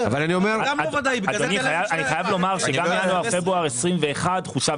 אני חייב לומר שגם ינואר-פברואר 2021 חושב